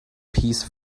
piece